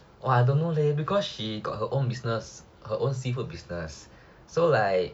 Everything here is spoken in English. well I don't know leh because she got her own business her own seafood business so like